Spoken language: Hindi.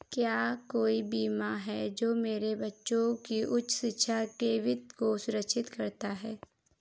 क्या कोई बीमा है जो मेरे बच्चों की उच्च शिक्षा के वित्त को सुरक्षित करता है?